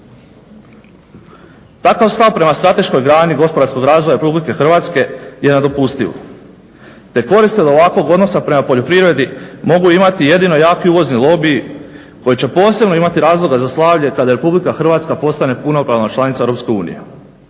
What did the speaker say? Takav stav prema strateškoj grani gospodarskog razvoja RH je nedopustiv. Te korist od ovakvog odnosa prema poljoprivredi mogu imati jedino jaki uvozni lobiji koji će posebno imati razloga za slavlje kad RH postane punopravna članica EU.